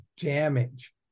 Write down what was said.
damage